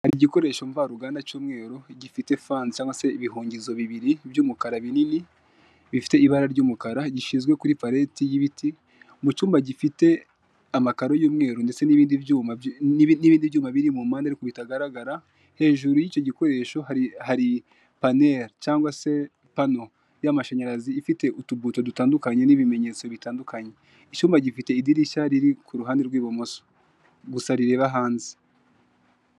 Hari igikoresho mvaruganda cy'umweru gifite fani cyangwa se ibihungizo bibiri, by'umukara binini, bifite ibara ry'umukara gishyinzwe kuri pareti y'ibiti, mu cyumba gifite amakaro y'umweru ndetse n'ibindi byuma byi n'ibindi byuma biri mu mpande ariko bitagaragara, hejuru y'icyo gikoresho hari hari paneri cyangwa se pano y'amashanyarazi ifite utubuto dutandukanye n'ibimenyetso bitandukanye, icyuma gifite idirishya riri kuruhande rw'ibumoso, gusa rireba hanze.